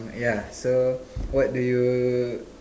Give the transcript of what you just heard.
yeah so what do you